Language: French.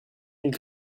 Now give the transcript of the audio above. mille